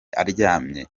aryamye